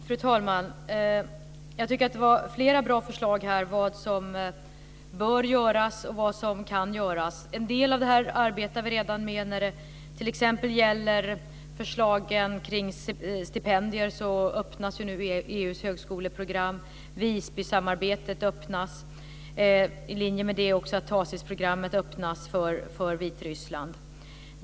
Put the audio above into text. Fru talman! Jag tycker att det var flera bra förslag kring vad som bör göras och kan göras. En del av det här arbetar vi redan med. När det t.ex. gäller förslagen kring stipendier kan jag säga att EU:s högskoleprogram nu öppnas. Visbysamarbetet öppnas, och i linje med det öppnas också Tacisprogrammet för Vitryssland.